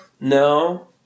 No